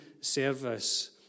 service